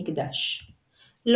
ברכה על מנהג